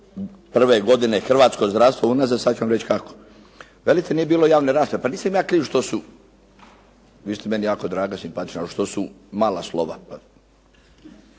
2001. godine hrvatsko zdravstvo unazad, sad ću vam reći kako. Velite, nije bilo javne rasprave, pa nisam ja kriv što su, vi ste meni jako draga i simpatična, ali što su mala slova.